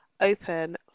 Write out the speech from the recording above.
open